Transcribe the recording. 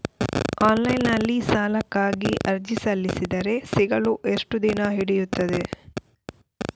Online ನಲ್ಲಿ ಸಾಲಕ್ಕಾಗಿ ಅರ್ಜಿ ಸಲ್ಲಿಸಿದರೆ ಸಿಗಲು ಎಷ್ಟು ದಿನ ಹಿಡಿಯುತ್ತದೆ?